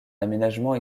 aménagement